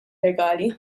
legali